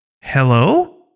Hello